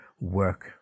work